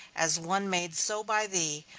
as one made so by thee,